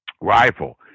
rifle